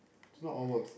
is not all works